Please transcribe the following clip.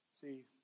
See